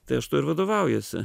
tai aš tuo ir vadovaujuosi